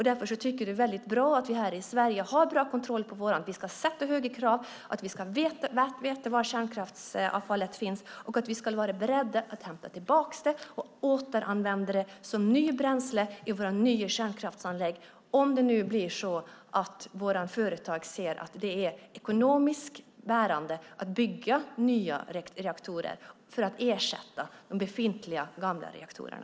Därför tycker jag att det är väldigt bra att vi här i Sverige har bra kontroll på hur vi ska ställa högre krav, att vi ska veta var kärnkraftsavfallet finns och att vi ska vara beredda att hämta tillbaka det och återanvända det som nytt bränsle i våra nya kärnkraftsanläggningar, om det nu blir så att våra företag ser att det är ekonomiskt bärande att bygga nya reaktorer för att ersätta de befintliga, gamla reaktorerna.